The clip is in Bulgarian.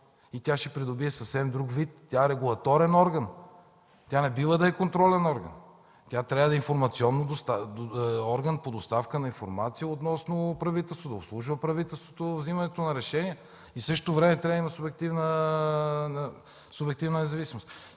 и тя ще придобие съвсем друг вид. Тя е регулаторен орган, не бива да е контролен орган. Тя трябва да е орган по доставка на информация относно правителството, да обслужва правителството във вземането на решения и в същото време трябва да има субективна независимост.